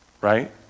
Right